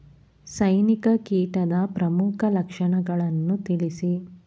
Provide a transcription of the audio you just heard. ಸೈನಿಕ ಕೀಟದ ಪ್ರಮುಖ ಲಕ್ಷಣಗಳನ್ನು ತಿಳಿಸಿ?